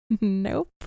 Nope